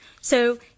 So